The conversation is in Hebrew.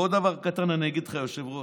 ועוד דבר קטן אגיד לך, היושב-ראש.